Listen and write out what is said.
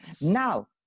Now